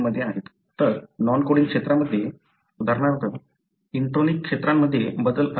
तर non coding क्षेत्रांमध्ये उदाहरणार्थ इंट्रोनिक क्षेत्रांमध्ये बदल असल्यास काय